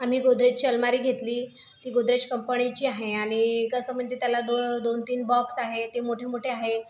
आम्ही गोदरेजची अलमारी घेतली ती गोदरेज कंपनीची आहे आणि कसं म्हणजे त्याला दोन तीन बॉक्स आहे ते मोठेमोठे आहे